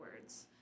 words